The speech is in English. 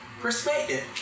perspective